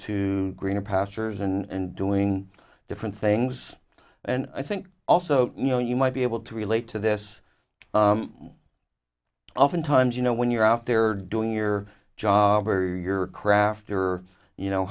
to greener pastures and doing different things and i think also you know you might be able to relate to this oftentimes you know when you're out there doing your job or your craft or you know